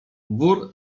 wór